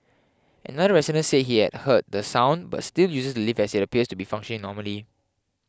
another resident say he had heard the sound but still uses the lift as it appears to be functioning normally